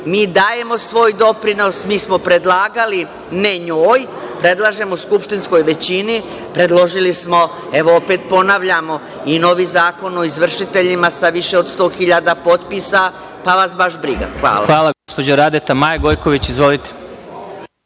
mi dajemo svoj doprinos, mi smo predlagali, ne njoj, predlažemo skupštinskoj većini, predložili smo, evo, opet ponavljamo, i novi zakon o izvršiteljima sa više od 100 hiljada potpisa, pa vas baš briga. Hvala. **Vladimir Marinković** Hvala,